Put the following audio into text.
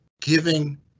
giving